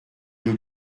new